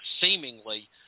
seemingly